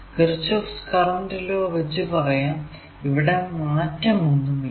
Kirchhoff's current ലോKirchhoff's current law വച്ച് പറയാം ഇവിടെ മാറ്റമൊന്നും ഇല്ല